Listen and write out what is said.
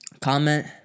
comment